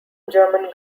german